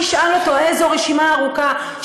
יושב-ראש האופוזיציה,